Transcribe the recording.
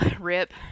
rip